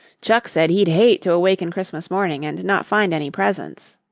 chuck said he'd hate to awaken christmas morning and not find any presents.